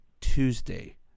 Tuesday